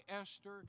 Esther